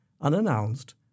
unannounced